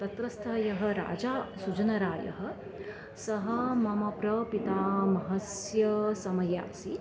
तत्रस्थ यः राजा सुजनरायः सः मम प्रपितामहस्य समये आसीत्